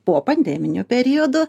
popandeminiu periodu